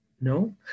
no